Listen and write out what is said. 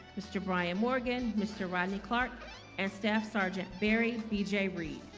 mr. brian morgan. mr rodney clark and staff sergeant barry bj read